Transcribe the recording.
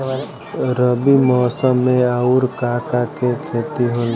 रबी मौसम में आऊर का का के खेती होला?